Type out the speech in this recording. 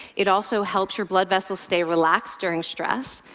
it also helps your blood vessels stay relaxed during stress.